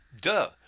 Duh